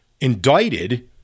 indicted